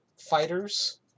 Fighters